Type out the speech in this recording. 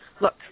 Look